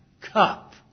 cup